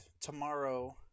tomorrow